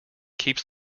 keeps